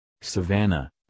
Savannah